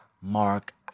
mark